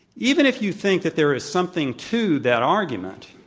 even if you think that there is something to that argument,